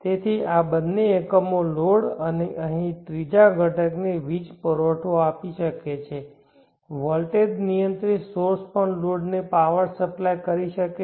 તેથી આ બંને એકમો લોડ અને અહીં ત્રીજા ઘટકને વીજ પુરવઠો આપી શકે છે વોલ્ટેજ નિયંત્રિત સોર્સ પણ લોડને પાવર સપ્લાય કરી શકે છે